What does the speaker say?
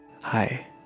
Hi